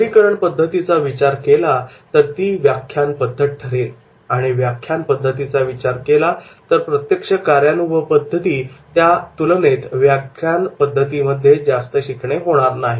सादरीकरण पद्धतीचा विचार केला तर ती व्याख्यान पद्धत ठरेल आणि व्याख्यान पद्धतीचा विचार केला तर प्रत्यक्ष कार्यानुभव पद्धती त्या तुलनेत व्याख्यान पद्धती मध्ये जास्त शिकणे होणार नाही